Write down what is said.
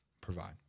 provide